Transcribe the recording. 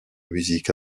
musique